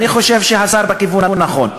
אני חושב שהשר בכיוון הנכון.